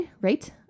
right